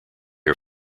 are